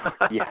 Yes